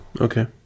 Okay